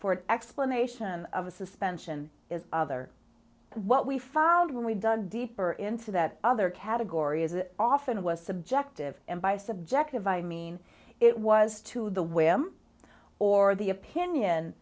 for an explanation of a suspension is other what we found when we dug deeper into that other category is it often was subjective and by subjective i mean it was to the way i'm or the opinion